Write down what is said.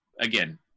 again